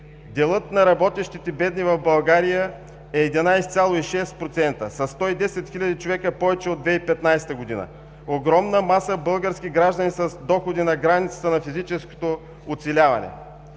Делът на работещите бедни в България е 11,6% – със 110 хил. човека повече от 2015 г.“ Огромна маса български граждани са с доходи на границата на физическото оцеляване.